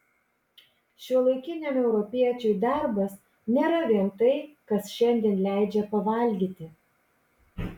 šiuolaikiniam europiečiui darbas nėra vien tai kas šiandien leidžia pavalgyti